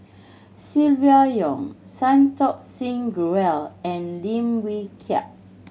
Silvia Yong Santokh Singh Grewal and Lim Wee Kiak